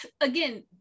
again